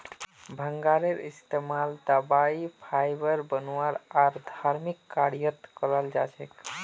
भांगेर इस्तमाल दवाई फाइबर बनव्वा आर धर्मिक कार्यत कराल जा छेक